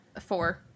Four